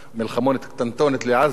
מלחמונת קטנטונת לעזה,